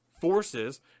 forces